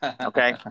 okay